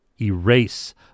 erase